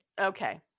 okay